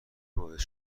باعث